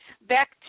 back